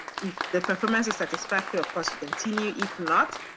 if the performance is satisfactory, of course you continue, if not,